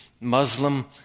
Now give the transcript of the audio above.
Muslim